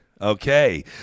okay